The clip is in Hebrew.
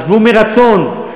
עזבו מרצון,